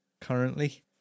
currently